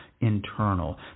internal